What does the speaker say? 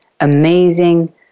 amazing